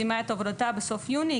סיימה את עבודתה בסוף יוני,